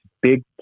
big